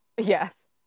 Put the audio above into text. yes